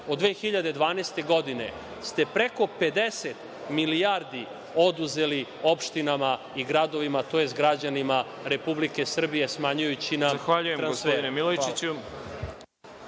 od 2012. godine ste preko 50 milijardi oduzeli opštinama i gradovima tj. građanima Republike Srbije, smanjujući nam … **Đorđe